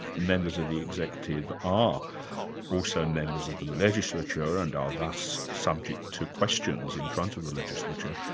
members of the executive are also members of of the legislature and are thus subject to questions in front of the legislature,